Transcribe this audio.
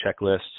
checklists